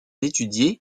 étudié